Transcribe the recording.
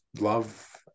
love